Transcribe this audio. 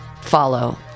follow